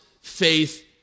faith